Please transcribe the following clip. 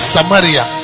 Samaria